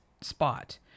spot